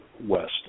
west